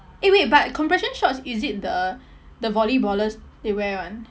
eh wait but compression shorts is it the the volleyballers they wear [one]